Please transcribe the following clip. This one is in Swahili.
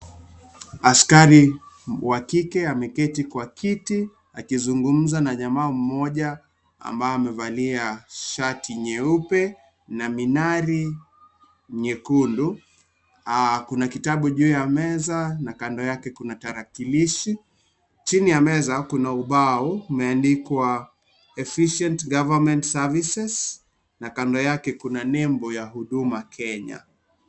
Askari wa kike ameketi kwa kiti akizungumza na jamaa mmoja ambaye amevalia shati nyeupe na minari nyekundu. Kuna kitabu juu ya meza na kando yake kuna tarakilishi. Chini ya meza kuna ubao umeandikwa Efficient government services na kando yake kuna nembu ya huduma kenya .